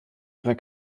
ihrer